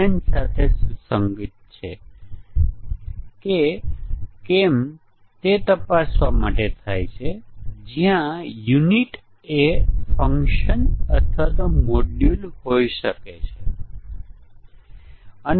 પછી આપણે આગલા ઉચ્ચ સ્તરના મોડ્યુલને ઈન્ટીગ્રેટ કરીએ છીએ અને તેથી જ્યાં સુધી આપણે રૂટ લેવલ મોડ્યુલ પૂર્ણ નહીં કરીએ